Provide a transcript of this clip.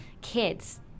kids